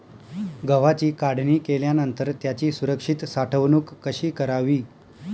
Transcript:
गव्हाची काढणी केल्यानंतर त्याची सुरक्षित साठवणूक कशी करावी?